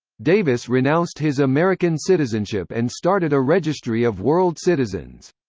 davis renounced his american citizenship and started a registry of world citizens.